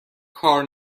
کار